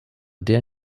der